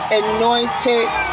anointed